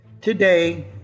today